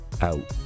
out